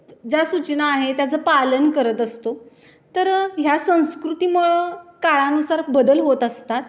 ज्या सूचना आहे त्याचं पालन करत असतो तर ह्या संस्कृतीमुळं काळानुसार बदल होत असतात